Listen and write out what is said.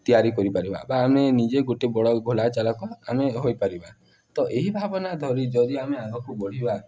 ତିଆରି କରିପାରିବା ବା ଆମେ ନିଜେ ଗୋଟେ ବଡ଼ ଘୋଲା ଚାଳକ ଆମେ ହୋଇପାରିବା ତ ଏହି ଭାବନା ଧରି ଯଦି ଆମେ ଆଗକୁ ବଢ଼ିବା